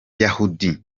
iri